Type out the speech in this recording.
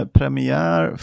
premiär